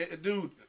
dude